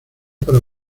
para